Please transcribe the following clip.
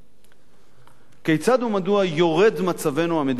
"כיצד ומדוע יורד מצבנו המדיני